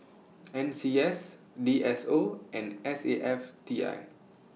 N C S D S O and S A F T I